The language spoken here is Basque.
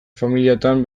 familiatan